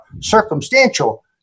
circumstantial